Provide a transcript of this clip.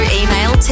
email